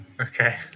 Okay